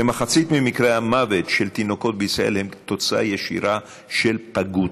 כמחצית ממקרי המוות של תינוקות בישראל הם כתוצאה ישירה של פגות.